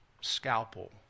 scalpel